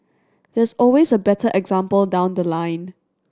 there's always a better example down the line